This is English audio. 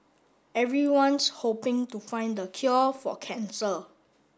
everyone's hoping to find the cure for cancer